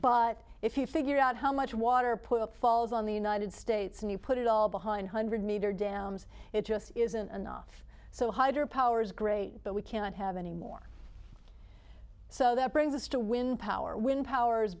but if you figure out how much water put falls on the united states and you put it all behind hundred meter dams it just isn't enough so hydro power is great but we cannot have anymore so that brings us to wind power wind power